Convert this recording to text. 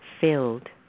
filled